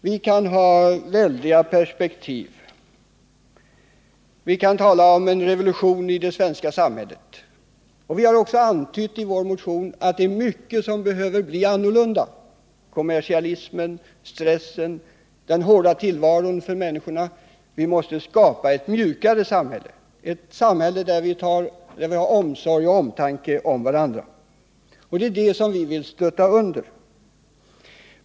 Vi kan ha väldiga perspektiv. Vi kan tala om en revolution idet svenska samhället. Vi har också antytt i vår motion att det är mycket som börjar bli annorlunda: kommersialismen, stressen, den hårda tillvaron för människorna. Vi måste skapa ett mjukare samhälle, ett samhälle där vi har omsorg och omtanke om varandra. Det är det vi vill stötta.